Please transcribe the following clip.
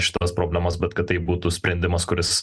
šitos problemos bet kad tai būtų sprendimas kuris